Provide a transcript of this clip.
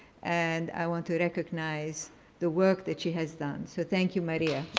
and i want to recognize the work that she has done. so, thank you, maria.